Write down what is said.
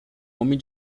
homem